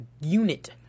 unit